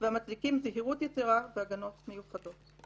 והמצדיקים זהירות יתרה והגנות מיוחדות.